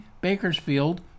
Bakersfield